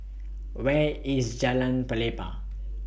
Where IS Jalan Pelepah